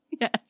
Yes